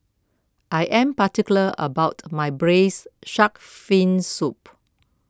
I am particular about my Braised Shark Fin Soup